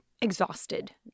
exhausted